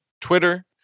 Twitter